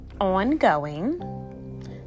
ongoing